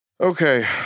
Okay